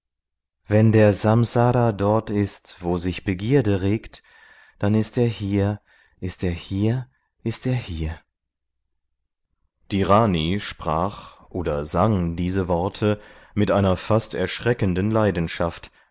wenn der samsara dort ist wo sich begierde regt dann ist er hier ist er hier ist er hier die rani sprach oder sang diese worte mit einer fast erschreckenden leidenschaft